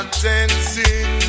dancing